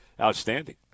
outstanding